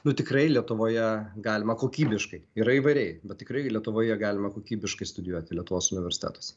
nu tikrai lietuvoje galima kokybiškai yra įvairiai bet tikrai lietuvoje galima kokybiškai studijuoti lietuvos universitetuose